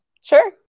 Sure